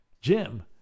Jim